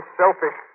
selfish